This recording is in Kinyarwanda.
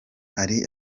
hari